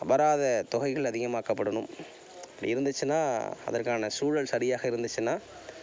அபராத தொகைகள் அதிகமாக்கப்படணும் இருந்துச்சுன்னால் அதற்கான சூழல் சரியாக இருந்துச்சுன்னா